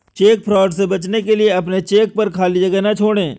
check fraud से बचने के लिए अपने चेक पर खाली जगह ना छोड़ें